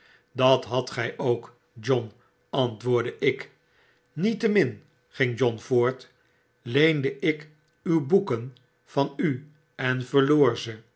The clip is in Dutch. dat hadt gy ook john antwoordde ik niettemin ging john voort m leende ik uw boeken van u en verloor